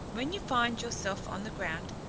when you find yourself on the ground,